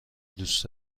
دوست